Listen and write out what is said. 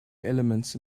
elements